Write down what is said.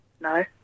No